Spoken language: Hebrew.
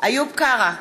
איוב קרא,